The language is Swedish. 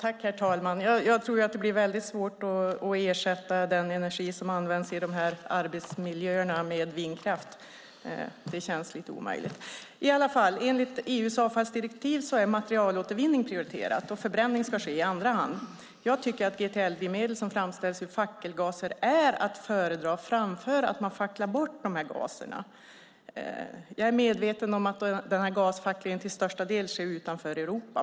Herr talman! Jag tror att det blir svårt att ersätta den energi som används i dessa arbetsmiljöer med vindkraft. Det känns ganska omöjligt. Enligt EU:s avfallsdirektiv är materialåtervinning prioriterat, och förbränning ska ske i andra hand. Jag tycker att GTL-drivmedel som framställs ur fackelgaser är att föredra framför att fackla bort gaserna. Jag är medveten om att gasfacklingen till största delen sker utanför Europa.